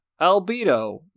Albedo